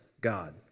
God